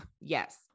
yes